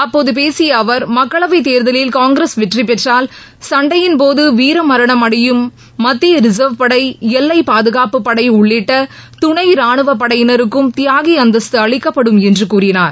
அப்போது பேசிய அவர் மக்களவைத் தேர்தலில் காங்கிரஸ் வெற்றி பெற்றால் சண்டையின் போது வீரமரணம் அடையும் மத்திய ரிசர்வ் படை எல்லை பாதுகாப்புப் படை உள்ளிட்ட துணை ராணுவ படையினருக்கும் தியாகி அந்தஸ்து அளிக்கப்படும் என்று கூறினார்